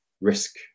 risk